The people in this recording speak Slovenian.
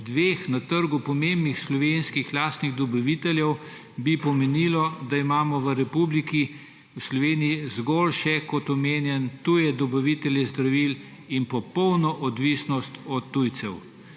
dveh na trgu pomembnih slovenskih lastnih dobaviteljev bi pomenilo, da imamo v Republiki Sloveniji zgolj še tuje dobavitelje zdravil in popolno odvisnost od tujcev.